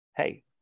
hey